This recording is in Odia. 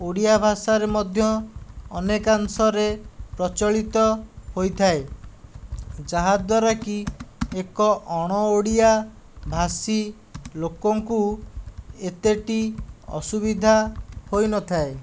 ଓଡ଼ିଆ ଭାଷାରେ ମଧ୍ୟ ଅନେକାଂଶରେ ପ୍ରଚଳିତ ହୋଇଥାଏ ଯାହାଦ୍ୱାରା କି ଏକ ଅଣଓଡ଼ିଆ ଭାଷୀ ଲୋକଙ୍କୁ ଏତେଟି ଅସୁବିଧା ହୋଇନଥାଏ